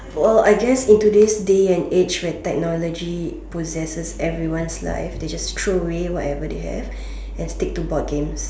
oh I guess in today's day and age where technology possesses everyone's lives they just throw away whatever they have and stick to board games